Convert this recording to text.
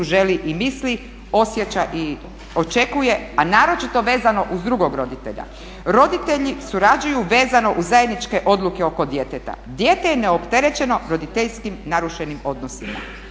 želi i misli, osjeća i očekuje, a naročito vezano uz drugog roditelja. Roditelji surađuju vezano uz zajedničke odluke oko djeteta. Dijete je neopterećeno roditeljskim narušenim odnosima.